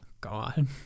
God